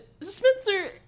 Spencer